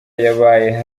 yabaye